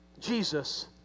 Jesus